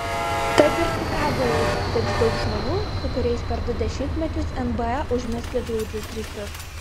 tad ir čikagoje jis sutiks daug žmonių su kuriais per du dešimtmečius nba užmezgė glaudžius ryšius